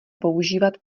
používat